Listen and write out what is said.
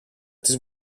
της